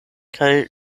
kaj